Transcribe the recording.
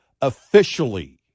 officially